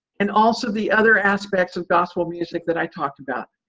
and also the other aspects of gospel music that i talked about,